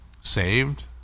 saved